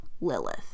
Lilith